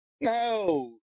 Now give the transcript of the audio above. No